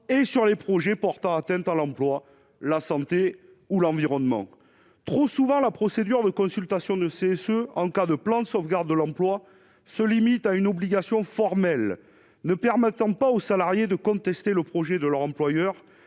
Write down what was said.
et sur les projets portant atteinte à l'emploi, la santé ou l'environnement, trop souvent, la procédure de consultation ne cesse, en cas de plan de sauvegarde de l'emploi se limite à une obligation formelle ne permettant pas aux salariés de contester le projet de leur employeur,